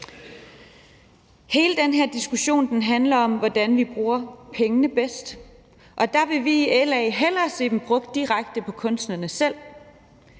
Hele den her diskussion handler om, hvordan vi bruger pengene bedst, og der vil vi i LA hellere se dem brugt direkte på kunstnerne selv.